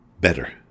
better